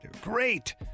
great